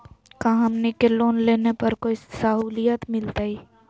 का हमनी के लोन लेने पर कोई साहुलियत मिलतइ?